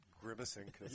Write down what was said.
grimacing